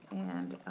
and